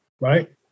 right